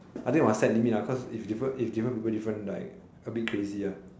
I think must set limit ah cause if different if different people like a bit crazy ah